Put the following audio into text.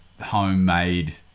homemade